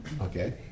Okay